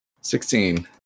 Sixteen